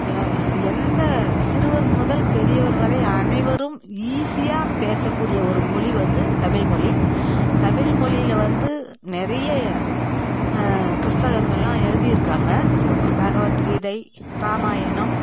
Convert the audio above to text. எந்த சிறுவர் முதல் பெரியவர் வரை அனைவரும் ஈஸியாக பேச கூடிய ஒரு மொழி வந்து தமிழ் மொழி தமிழ் மொழியில் வந்து நிறைய புஸ்தகங்கள்லாம் எழுதியிருக்காங்க பகவத் கீதை ராமாயணம்